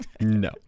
No